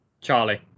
Charlie